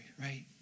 right